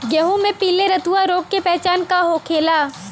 गेहूँ में पिले रतुआ रोग के पहचान का होखेला?